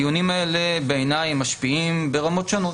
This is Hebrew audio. הדיונים האלה משפיעים ברמות שונות.